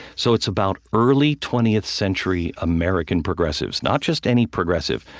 so it's about early twentieth century american progressives. not just any progressive,